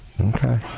Okay